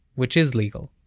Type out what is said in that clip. which is legal,